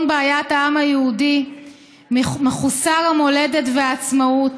בעיית העם היהודי מחוסר המולדת והעצמאות